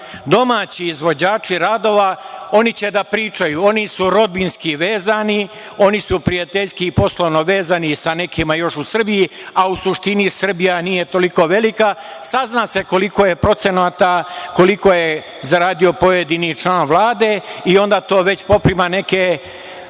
Domaći izvođači radova, oni će da pričaju, oni su rodbinski vezani, oni su prijateljski poslovno vezani sa nekima još u Srbiji, a u suštini Srbija nije toliko velika, sazna se koliko je procenata, koliko je zaradio pojedini član Vlade i onda to već poprima neke